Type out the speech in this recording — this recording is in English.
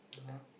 !huh!